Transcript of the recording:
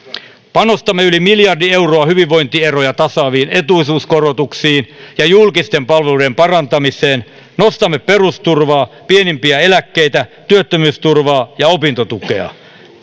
panostamme yli miljardi euroa hyvinvointieroja tasaaviin etuuskorotuksiin ja julkisten palveluiden parantamiseen nostamme perusturvaa pienimpiä eläkkeitä työttömyysturvaa ja opintotukea